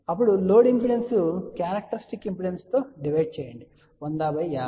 అప్పుడు load impedance characteristic impedance తో divide చేయండి 10050 2